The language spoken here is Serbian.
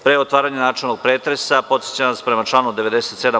Pre otvaranja načelnog pretresa, podsećam vas, prema članu 97.